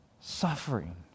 Suffering